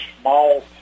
small